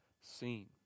seen